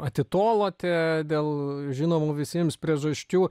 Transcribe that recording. atitolote dėl žinomų visiems priežasčių